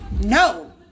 No